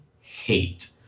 hate